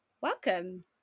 Welcome